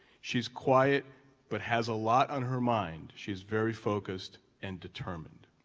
she's quiet but has a lot on her mind. she's very focused and determined.